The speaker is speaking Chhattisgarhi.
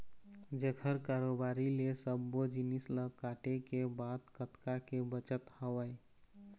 जेखर कारोबारी ले सब्बो जिनिस ल काटे के बाद कतका के बचत हवय